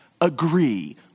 agree